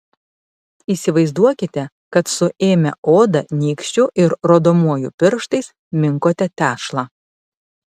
įsivaizduokite kad suėmę odą nykščiu ir rodomuoju pirštais minkote tešlą